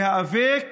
להיאבק